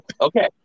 okay